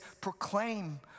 proclaim